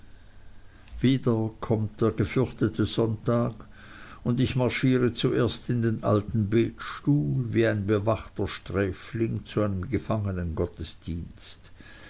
wieder kommt der gefürchtete sonntag und ich marschiere zuerst in den alten betstuhl wie ein bewachter sträfling zu einem